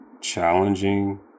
challenging